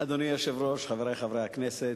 אדוני היושב-ראש, חברי חברי הכנסת,